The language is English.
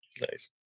Nice